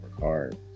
hard